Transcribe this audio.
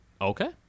Okay